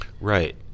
Right